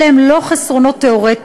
אלה הם לא חסרונות תיאורטיים.